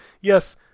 yes